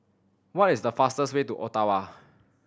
what is the fastest way to Ottawa